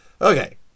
Okay